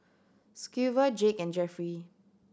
Schuyler Jake and Jeffrey